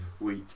Week